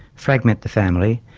fragment the family,